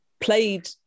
played